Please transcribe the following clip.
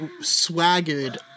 swaggered